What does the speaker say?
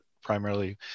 primarily